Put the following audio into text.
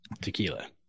tequila